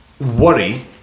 Worry